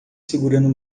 segurando